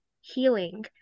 healing